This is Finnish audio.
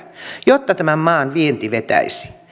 jotta tämän maan vienti vetäisi